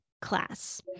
class